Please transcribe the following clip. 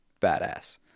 badass